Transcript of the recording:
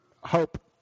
Hope